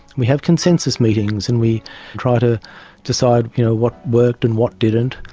we have consensus meetings and we try to decide you know what worked and what didn't,